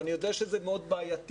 אני יודע שזה בעייתי,